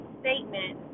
statement